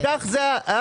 כך זה היה, היה